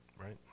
right